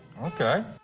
ok.